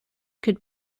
could